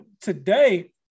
today